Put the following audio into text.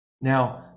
now